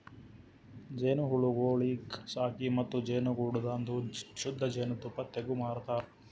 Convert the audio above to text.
ಜೇನುಹುಳಗೊಳಿಗ್ ಸಾಕಿ ಮತ್ತ ಜೇನುಗೂಡದಾಂದು ಶುದ್ಧ ಜೇನ್ ತುಪ್ಪ ತೆಗ್ದು ಮಾರತಾರ್